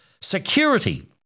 security